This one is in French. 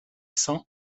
cents